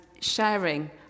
sharing